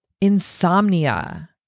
insomnia